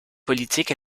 politiques